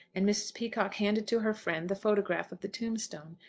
and mrs. peacocke handed to her friend the photograph of the tombstone.